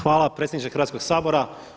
Hvala predsjedniče Hrvatskoga sabora.